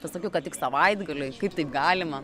pasakiau kad tik savaitgaliui kaip taip galima